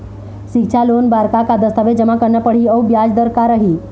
सिक्छा लोन बार का का दस्तावेज जमा करना पढ़ही अउ ब्याज दर का रही?